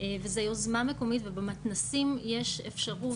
וזה יוזמה מקומית ובמתנ"סים יש אפשרות להפעיל את זה.